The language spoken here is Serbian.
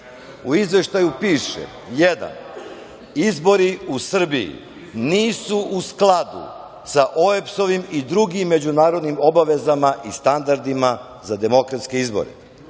Izveštaju piše: pod jedan – izbori u Srbiji nisu u skladu sa OEBS-ovim i drugim međunarodnim obavezama i standardima za demokratske izbore.